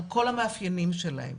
על כל המאפיינים שלהם.